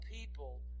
people